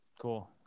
cool